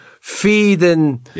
feeding